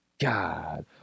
God